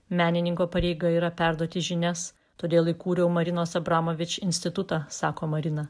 menininko pareiga yra perduoti žinias todėl įkūriau marinos abramovič institutą sako marina